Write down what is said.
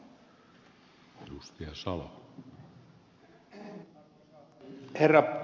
arvoisa herra puhemies